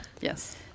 yes